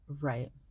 Right